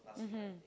mmhmm